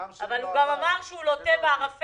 אבל הוא גם אמר שהוא לוט בערפל.